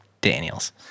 Daniels